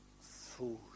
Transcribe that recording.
food